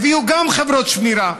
וגם הם הביאו גם חברות שמירה,